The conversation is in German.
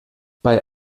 bei